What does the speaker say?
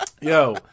yo